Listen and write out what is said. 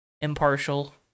impartial